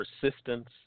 Persistence